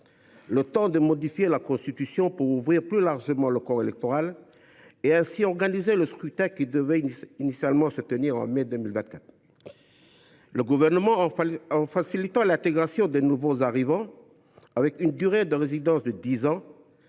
le temps de modifier la Constitution pour ouvrir plus largement le corps électoral et d’organiser le scrutin qui doit normalement se tenir en mai 2024. Le Gouvernement, en facilitant l’intégration des nouveaux arrivants en prévoyant une durée de résidence de dix ans,